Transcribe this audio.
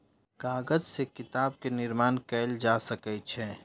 कागज से किताब के निर्माण कयल जा सकै छै